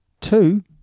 two